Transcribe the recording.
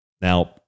Now